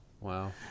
Wow